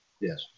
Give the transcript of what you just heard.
yes